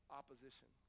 opposition